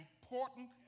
important